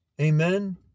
Amen